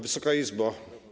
Wysoka Izbo!